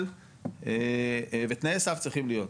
אבל תנאי סף צריכים להיות,